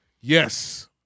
Yes